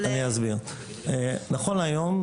נכון להיום,